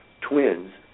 twins